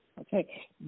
Okay